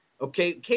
Okay